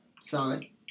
Sorry